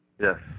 Yes